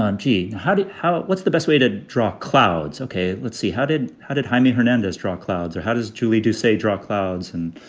um gee, how did how what's the best way to draw clouds? ok, let's see. how did how did himy hernandez draw clouds or how does julie do, say, draw clouds and,